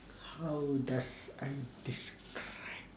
how does I describe